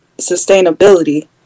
sustainability